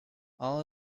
all